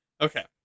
okay